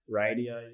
radio